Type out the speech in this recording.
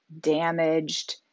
damaged